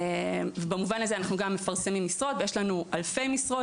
אז במובן הזה אנחנו גם מפרסמים משרות ויש לנו שם אלפי משרות.